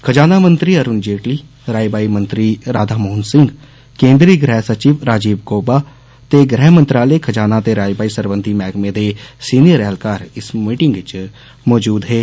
खज़ानामंत्री अरुण जेटली राई बाई मंत्री राधा मोहन सिंह केन्द्री गृह सचिव राजीव गौबा ते गृहमंत्रालय खजाना ते राई बाई सरबंधी मैहकमें ने सीनियर ऐहलकार इस मीटिंग च मौजूद हे